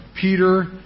Peter